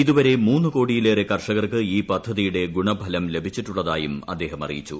ഇതുവരെ മൂന്ന് കോടിലേറെ കർഷകർക്ക് ഈ പദ്ധതിയുടെ ഗുണഫലം ലഭിച്ചിട്ടുള്ളതായും അദ്ദേഹം അറിയിച്ചു